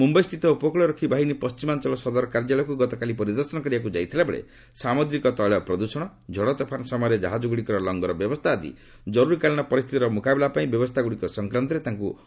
ମୁମ୍ବାଇସ୍ଥିତ ଉପକୂଳ ରକ୍ଷୀ ବାହିନୀ ପଶ୍ଚିମାଞ୍ଚଳ ସଦର କାର୍ଯ୍ୟାଳୟକୁ ଗତକାଲି ପରିଦର୍ଶନ କରିବାକୁ ଯାଇଥିବାବେଳେ ସାମୁଦ୍ରିକ ତେିଳ ପ୍ରଦୂଷଣ ଝଡ ତୋଫାନ ସମୟରେ ଜାହାଜଗୁଡିକର ଲଙ୍ଗର ବ୍ୟବସ୍ଥା ଆଦି ଜରୁରୀକାଳୀନ ପରିସ୍ଥିତିର ମୁକାବିଲା ପାଇଁ ବ୍ୟବସ୍ଥାଗୁଡିକ ସଂକ୍ରାନ୍ତରେ ତାଙ୍କୁ ଅବଗତ କରାଯାଇଛି